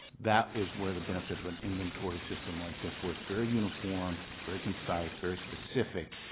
that is where the benefit of and inventory system like this where it's very uniform, very concise, very specific,